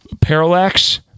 Parallax